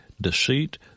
deceit